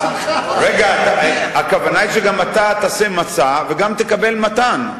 רגע, הכוונה היא שגם אתה תעשה משא וגם תקבל מתן.